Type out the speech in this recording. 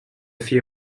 few